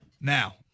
Now